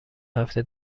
هفته